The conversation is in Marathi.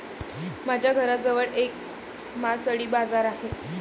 माझ्या घराजवळ एक मासळी बाजार आहे